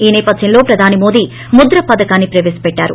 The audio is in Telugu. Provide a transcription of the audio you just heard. ఈ సేపథ్యంలో ప్రధాని మోదీ మొద్ర పథకాన్ని ప్రవేశపెట్టారు